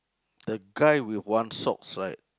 the guy with one socks right